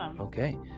Okay